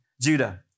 Judah